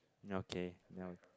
ya okay ya